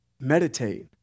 meditate